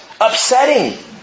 upsetting